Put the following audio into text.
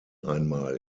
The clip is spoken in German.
einmal